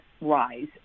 rise